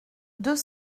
deux